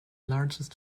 largest